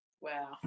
Wow